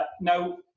Now